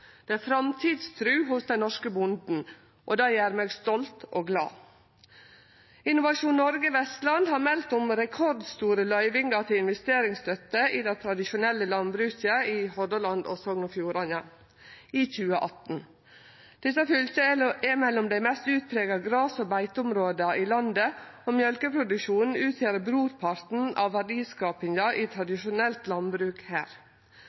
Det er framtidstru hos den norske bonden, og det gjer meg stolt og glad. Innovasjon Noreg Vestland har meldt om rekordstore løyvingar til investeringsstøtte i det tradisjonelle landbruket i Hordaland og Sogn og Fjordane i 2018. Desse fylka er mellom dei mest utprega gras- og beiteområda i landet, og mjølkeproduksjonen utgjer brorparten av verdiskapinga i tradisjonelt landbruk her.